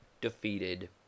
defeated